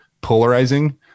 polarizing